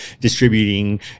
distributing